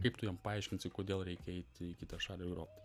kaip tu jam paaiškinsi kodėl reikia eit į kitą šalį grobt